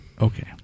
Okay